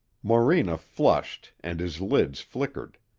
morena flushed and his lids flickered.